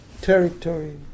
territory